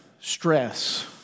stress